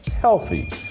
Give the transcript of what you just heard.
healthy